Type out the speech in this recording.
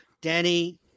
Danny